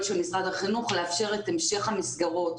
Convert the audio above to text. של משרד החינוך לאפשר את המשך המסגרות,